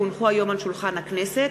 כי הונחו היום על שולחן הכנסת,